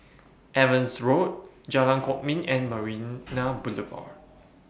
Evans Road Jalan Kwok Min and Marina Boulevard